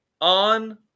on